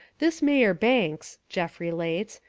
this mayor banks, jeff relates,